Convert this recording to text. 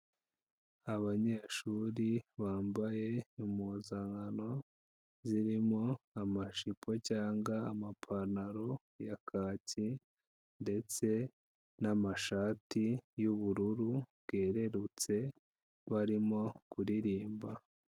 Abanyeshuri bambaye impuzankano, zirimo amajipo cyangwa amapantaro ya kaki ndetse n'amashati y'ubururu bwererutse barimo kuririmba.